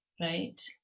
right